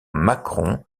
macron